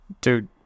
dude